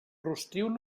rostiu